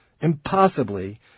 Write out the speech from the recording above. Impossibly